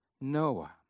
Noah